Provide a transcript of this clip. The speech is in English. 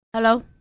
Hello